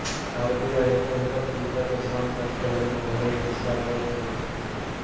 RBI संकट चिंता के शांत करते हुए कहलकय कि सब बैंक सुरक्षित हइ